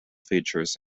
features